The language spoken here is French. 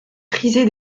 prisé